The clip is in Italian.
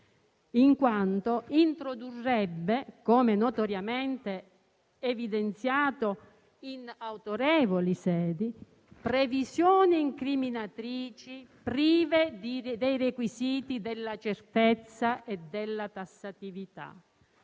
in quanto introdurrebbe, come notoriamente evidenziato in autorevoli sedi, previsioni incriminatrici prive dei requisiti della certezza e della tassatività.